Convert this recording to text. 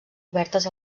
obertes